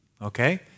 Okay